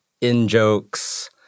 in-jokes